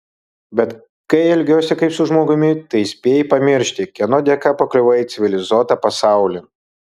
bet kai elgiuosi kaip su žmogumi tai spėjai pamiršti kieno dėka pakliuvai į civilizuotą pasaulį